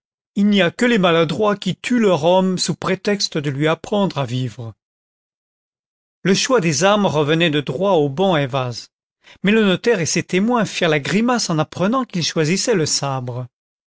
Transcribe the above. il n'y a que les maladroits qui tuent leur homme sous prétexte de lui apprendre à vivre le choix des armes revenait de droit au bon ayvaz mais le notaire et ses témoins firent la grimace en apprenant qu'il choisissait le sabre